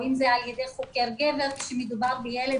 או אם זה על ידי חוקר גבר כשמדובר בילד,